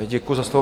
Děkuji za slovo.